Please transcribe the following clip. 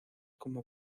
como